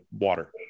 water